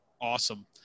awesome